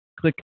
click